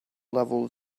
level